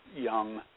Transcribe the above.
young